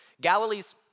Galilee's